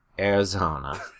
Arizona